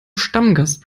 stammgast